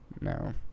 No